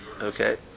Okay